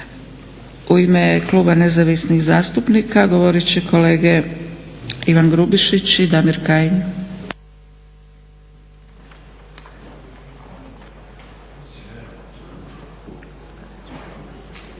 U ime kluba nezavisnih zastupnika govorit će kolege Ivan Grubišić i Damir Kajin.